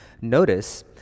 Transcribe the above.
Notice